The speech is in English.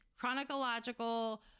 chronological